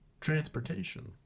transportation